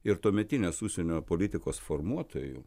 ir tuometinės užsienio politikos formuotojų